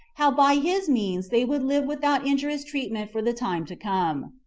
how by his means they would live without injurious treatment for the time to come.